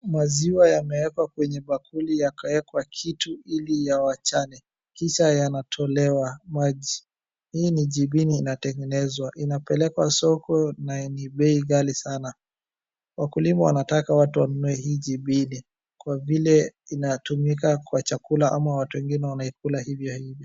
Maziwa yamewekwa kwenye bakuli yakawekwa kitu ili yawachane kisha yanatolewa maji. Hii ni jibini inatengenezwa inapelekwa soko na ni bei ghali sana. Wakulima wanataka watu wanunue hii jibini kwa vile inatumika kwa chakula ama watu wengine wanaikula hivyo hivyo.